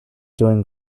doing